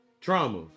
trauma